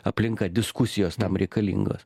aplinka diskusijos tam reikalingos